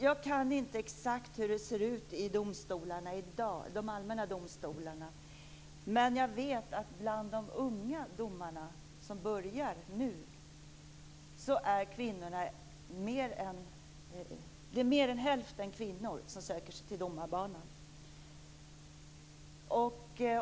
Jag kan inte exakt hur det ser ut i de allmänna domstolarna i dag. Men jag vet att mer än hälften av dem som söker sig till domarbanan nu är kvinnor.